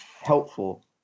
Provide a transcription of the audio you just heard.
helpful